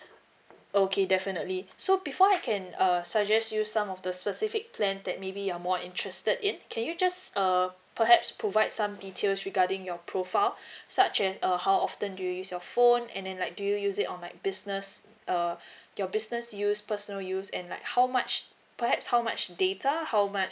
okay definitely so before I can err suggest you some of the specific plans that maybe you're more interested in can you just err perhaps provide some details regarding your profile such as uh how often do you use your phone and then like do you use it on like business uh your business use personal use and like how much perhaps how much data how much